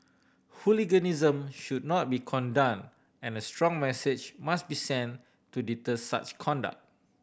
hooliganism should not be condone and a strong message must be sent to deter such conduct